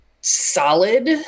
solid